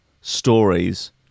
stories